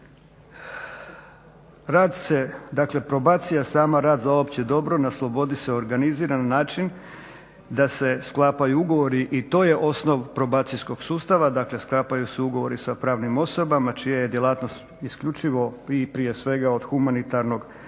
Rad se, dakle probacija sama, rad za opće dobro na slobodi se organizira na način da se sklapaju ugovori i to je osnov probacijskog sustava. Dakle, sklapaju se ugovori sa pravnim osobama čija je djelatnost isključivo i prije svega od humanitarnog, komunalnog